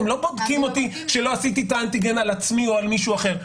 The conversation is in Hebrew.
הם לא בודקים אותי שלא עשיתי את האנטיגן על עצמי או על מישהו אחר.